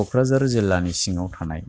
क'क्राझार जिल्लानि सिङाव थानाय